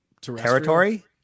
territory